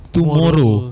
Tomorrow